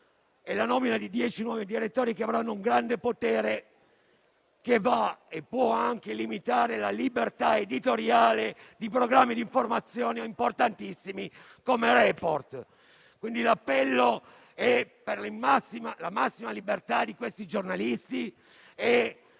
e sulla nomina di dieci nuovi direttori, che avranno un grande potere che potrà anche limitare la libertà editoriale di programmi d'informazione importantissimi come «Report». L'appello è pertanto per la massima libertà di questi giornalisti e